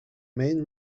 main